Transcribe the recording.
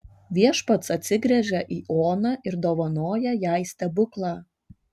viešpats atsigręžia į oną ir dovanoja jai stebuklą